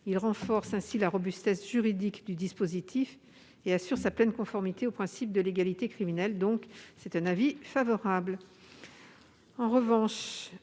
Il renforce ainsi la robustesse juridique du dispositif et assure sa pleine conformité au principe de légalité criminelle. La commission émet donc un avis favorable